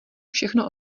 všechno